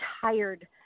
tired